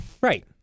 Right